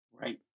Right